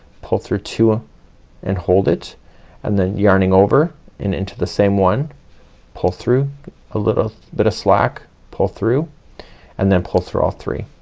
pull through two and hold it and then yarning over and into the same one pull through a little bit of slack pull through and then pull through all three.